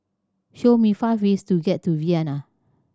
show me five ways to get to Vienna